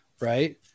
right